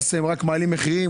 אוסם רק מעלים מחירים,